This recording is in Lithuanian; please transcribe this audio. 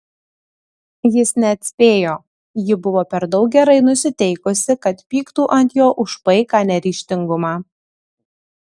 jis neatspėjo ji buvo per daug gerai nusiteikusi kad pyktų ant jo už paiką neryžtingumą